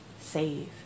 save